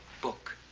book.